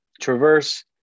traverse